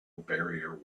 barrier